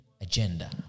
agenda